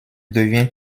devient